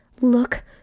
look